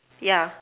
yeah